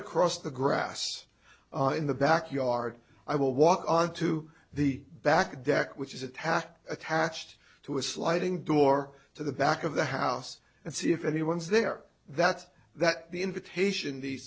across the grass in the back yard i will walk onto the back deck which is attack attached to a sliding door to the back of the house and see if anyone's there that that the invitation the